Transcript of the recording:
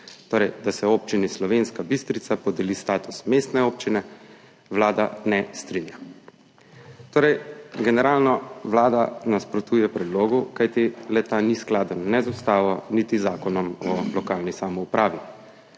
torej, da se Občini Slovenska Bistrica podeli status mestne občine, Vlada ne strinja. Vlada generalno nasprotuje predlogu, kajti le-ta ni skladen ne z Ustavo ne z Zakonom o lokalni samoupravi.